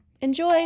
Enjoy